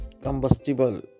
Combustible